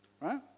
Right